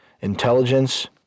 Intelligence